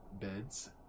beds